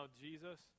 Jesus